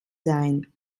sein